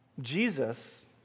Jesus